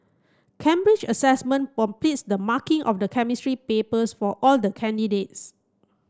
Cambridge Assessment completes the marking of the Chemistry papers for all the candidates